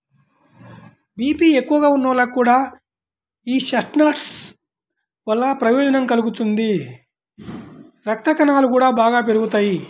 BP ఎక్కువగా ఉన్నోళ్లకి కూడా యీ చెస్ట్నట్స్ వల్ల ప్రయోజనం కలుగుతుంది, రక్తకణాలు గూడా బాగా పెరుగుతియ్యి